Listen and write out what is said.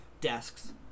desks